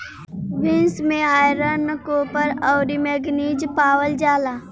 beans में iron, copper, अउरी manganese पावल जाला